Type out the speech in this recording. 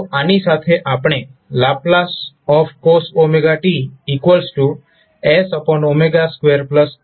તો આની સાથે આપણે ℒ cos ts2s2 નું ઉદાહરણ લઈએ